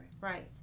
right